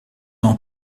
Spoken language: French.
ans